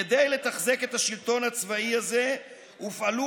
כדי לתחזק את השלטון הצבאי הזה הופעלו